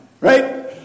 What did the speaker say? Right